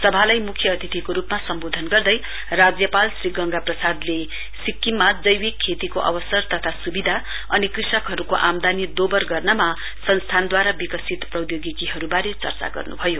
सभालाई मुख्य अतिथिको रूपमा सम्बोधन गर्दै राज्यपाल श्री गंगा प्रसादले सिक्किममा जैविक खेतीको अवसर तथा सुविधा अनि कृषकहरूको आमदानी दोबर गर्नमा संस्थानद्वारा विकसित प्रौद्योगिकीहरूबारे चर्चा गर्नुभयो